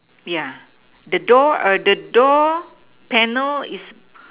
yeah the door err the door panel is